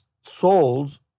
souls